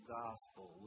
gospel